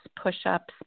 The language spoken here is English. push-ups